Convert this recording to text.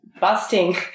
busting